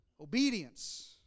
Obedience